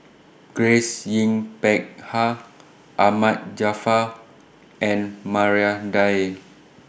Grace Yin Peck Ha Ahmad Jaafar and Maria Dyer